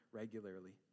regularly